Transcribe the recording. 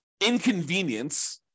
inconvenience